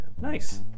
Nice